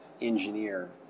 engineer